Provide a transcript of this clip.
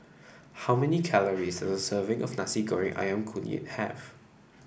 how many calories does a serving of Nasi Goreng ayam Kunyit have